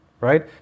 right